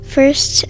First